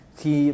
khi